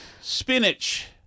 Spinach